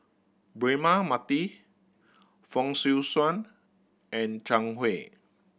Braema Mathi Fong Swee Suan and Zhang Hui